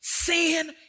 Sin